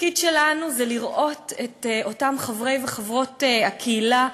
התפקיד שלנו זה לראות את אותם חברי וחברות הקהילה,